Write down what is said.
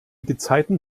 gezeiten